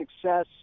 success